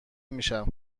میشم